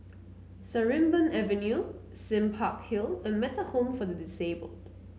Sarimbun Avenue Sime Park Hill and Metta Home for the Disabled